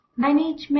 Management